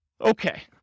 Okay